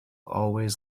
always